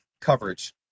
coverage